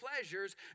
pleasures